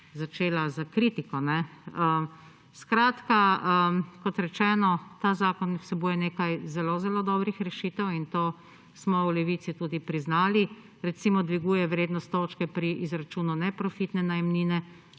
začela s kritiko. Skratka kot rečeno ta zakon vsebuje nekaj zelo zelo dobrih rešitev in to smo v Levici tudi priznali recimo dviguje vrednost točke pri izračunu neprofitne najemnine,